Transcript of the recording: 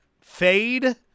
Fade